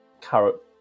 carrot